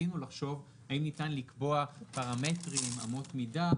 וניסינו לחשוב האם ניתן לקבוע פרמטרים או אמות מידה,